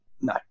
No